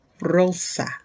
rosa